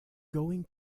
going